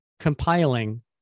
Compiling